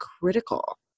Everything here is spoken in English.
critical